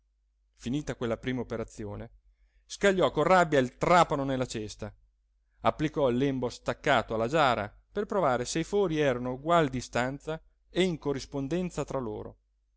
finita quella prima operazione scagliò con rabbia il trapano nella cesta applicò il lembo staccato alla giara per provare se i fori erano a egual distanza e in corrispondenza tra loro